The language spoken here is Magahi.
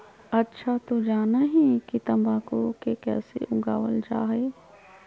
अच्छा तू जाना हीं कि तंबाकू के कैसे उगावल जा हई?